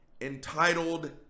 entitled